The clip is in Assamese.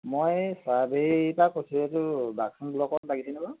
মই চৰাইবাহীৰ পৰা কৈছোঁ এইটো বাঘচুং ব্লকত লাগিছিলে বাৰু